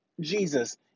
Jesus